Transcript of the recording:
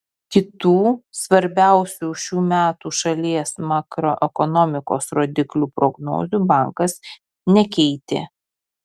kitų svarbiausių šių metų šalies makroekonomikos rodiklių prognozių bankas nekeitė